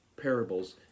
parables